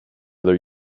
their